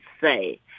say